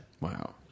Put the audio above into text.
wow